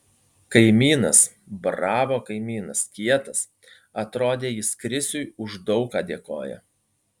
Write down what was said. kaimynas bravo kaimynas kietas atrodė jis krisiui už daug ką dėkoja